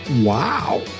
wow